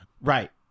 Right